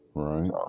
right